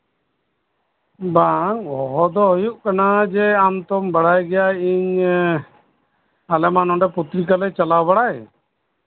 ᱵᱟᱝ ᱦᱚᱦᱚ ᱫᱚ ᱦᱩᱭᱩᱜ ᱠᱟᱱᱟ ᱡᱮ ᱟᱢ ᱫᱚᱢ ᱵᱟᱲᱟᱭ ᱜᱮᱭᱟ ᱤᱧ ᱟᱞᱮ ᱢᱟ ᱱᱚᱰᱮ ᱯᱚᱛᱨᱤᱠᱟ ᱪᱟᱞᱟᱣ ᱵᱟᱲᱟᱭ